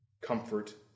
comfort